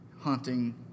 haunting